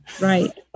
Right